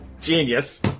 Genius